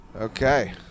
Okay